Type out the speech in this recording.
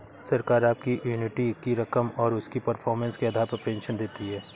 सरकार आपकी एन्युटी की रकम और उसकी परफॉर्मेंस के आधार पर पेंशन देती है